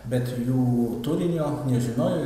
bet jų turinio nežinojo